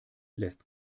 lässt